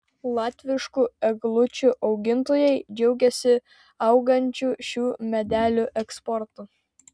latviškų eglučių augintojai džiaugiasi augančiu šių medelių eksportu